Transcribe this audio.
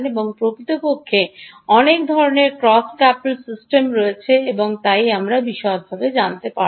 প্রকৃতপক্ষে অনেক ধরণের ক্রস কাপলড সিস্টেম রয়েছে এবং তাই আমরা বিশদটি জানাতে পারব না